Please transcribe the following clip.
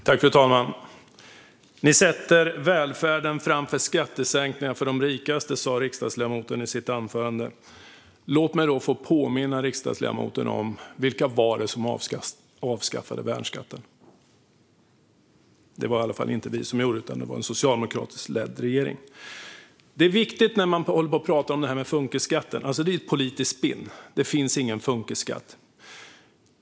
Fru talman! Vi sätter välfärden framför skattesänkningar för de rikaste, sa riksdagsledamoten i sitt anförande. Låt mig då få påminna riksdagsledamoten om vilka det var som avskaffade värnskatten. Det var inte vi som gjorde det, utan det var en socialdemokratiskt ledd regering. Det här med funkisskatten är ett politiskt spinn. Det finns ingen funkisskatt.